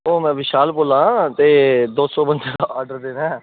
में विशाल बोल्ला ना ते दौ सौ बंदे दा ऑर्डर देना